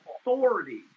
authority